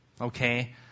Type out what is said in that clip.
Okay